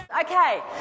Okay